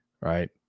right